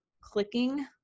clicking